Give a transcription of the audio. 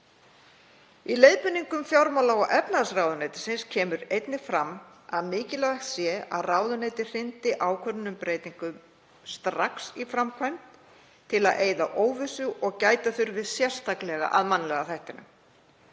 Í leiðbeiningum fjármála- og efnahagsráðuneytisins kemur einnig fram að mikilvægt sé að ráðuneyti hrindi ákvörðun um breytingar strax í framkvæmd til að eyða óvissu og gæta þurfi sérstaklega að mannlega þættinum.